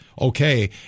okay